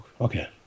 Okay